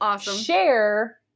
share